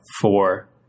four